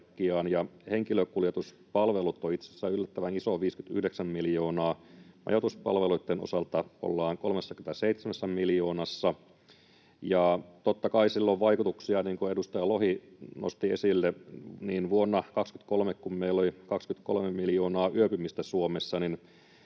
henkilökuljetuspalvelut on itse asiassa yllättävän iso, 59 miljoonaa. Majoituspalveluitten osalta ollaan 37 miljoonassa, ja totta kai sillä on vaikutuksia, sillä niin kuin edustaja Lohi nosti esille, että kun vuonna 23 meillä oli 23 miljoonaa yöpymistä Suomessa,